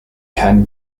can